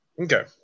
Okay